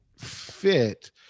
fit –